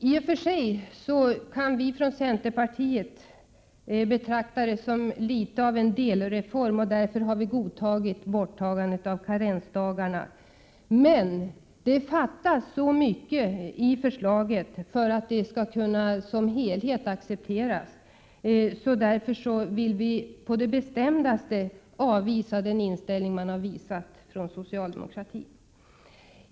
I och för sig kan vi från centerpartiet betrakta det som något av en delreform, och därför har vi godtagit borttagandet av karensdagarna. Men det fattas för mycket i förslaget för att det skall kunna accepteras som helhet och därför vill vi på det bestämdaste avvisa den inställning man visar från socialdemokratin.